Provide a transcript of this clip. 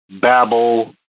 babble